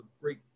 great